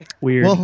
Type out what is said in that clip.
Weird